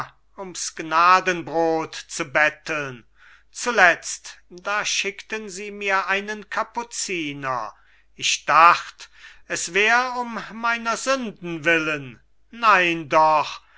ums gnadenbrot zu betteln zuletzt da schickten sie mir einen kapuziner ich dacht es wär um meiner sünden willen nein doch